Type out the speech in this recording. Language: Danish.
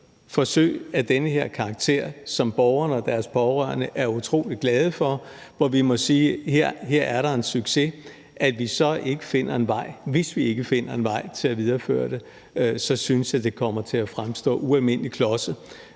forsøg af den her karakter, som borgerne og deres pårørende er utrolig glade for, og hvor vi må sige, at det er en succes, og vi så ikke finder en vej til at videreføre det, så synes, at det kommer til at fremstå ualmindelig klodset.